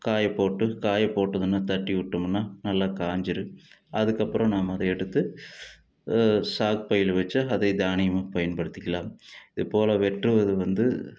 காயப்போட்டு காயப்போட்டு நல்லா தட்டிவிட்டோம்ன்னா நல்லா காஞ்சிருக்கும் அதுக்கப்புறம் நம்ம அதை எடுத்து சாக்கு பையில் வச்சால் அதே தானியமாக பயன்படுத்திக்கலாம் இதுப்போல வெட்டுவது வந்து